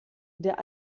der